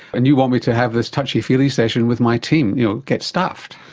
and you want me to have this touchy feely session with my team. you know, get stuffed.